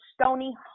stony